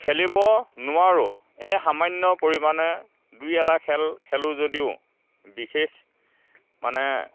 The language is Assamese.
খেলিব নোৱাৰোঁ এনে সামান্য পৰিমাণে দুই এটা খেল খেলোঁ যদিও বিশেষ মানে